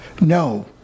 No